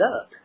up